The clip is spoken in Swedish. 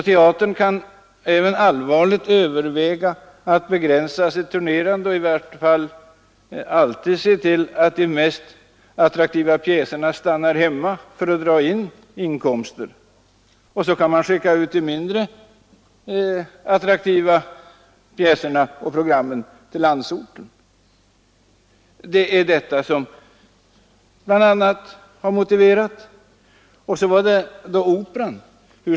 Teatern kan också tvingas allvarligt överväga att begränsa sitt turnerande. I varje fall kan man behålla de mest attraktiva pjäserna hemma för att få större inkomster och i stället skicka mindre attraktiva program till landsorten. Bl. a. detta har motiverat förslaget till anslagsökning. Så gällde det Operan!